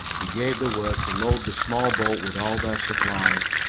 he gave the word to load the small boat with all their supplies.